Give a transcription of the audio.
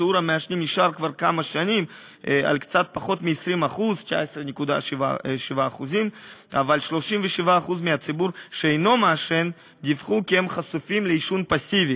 שיעור המעשנים נשאר כבר כמה שנים על קצת פחות מ-20% 19.7%. אבל 37% מהציבור שאינו מעשן דיווחו כי הם חשופים לעישון פסיבי.